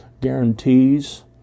guarantees